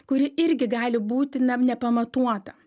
kuri irgi gali būti na nepamatuota